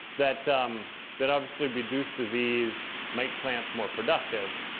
that um that obviously reduce disease, make plants more productive.